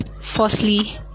Firstly